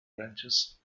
branches